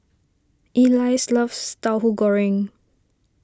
Elyse loves Tahu Goreng